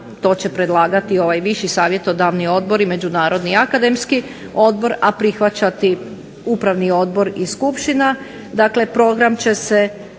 to će predlagati ovaj viši savjetodavni odbor i međunarodni akademski odbor, a prihvaćati upravni odbor i skupština.